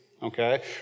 Okay